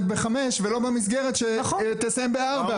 ב-17:00 ולא במסגרת שתסיים ב-16:00.